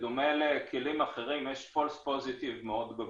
בדומה לכלים אחרים, יש false positive מאוד גבוה.